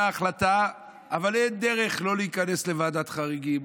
החלטה אבל אין דרך להיכנס לוועדת חריגים,